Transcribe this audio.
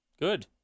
Good